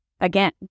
again